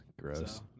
gross